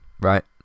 right